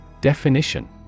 Definition